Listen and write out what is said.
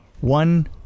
one